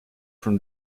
from